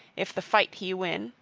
if the fight he win,